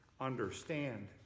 understand